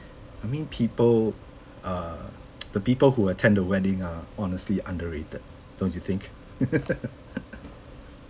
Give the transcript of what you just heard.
I mean people err the people who attend the wedding are honestly underrated don't you think